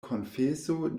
konfeso